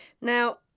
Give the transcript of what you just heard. Now